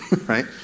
right